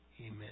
Amen